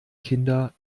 kinder